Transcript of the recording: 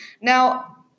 Now